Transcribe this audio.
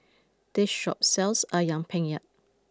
this shop sells Ayam Penyet